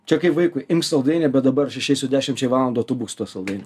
čia kaip vaikui imk saldainį bet dabar aš išeisiu dešimčiai valandų o tu būsi su tuo saldainiu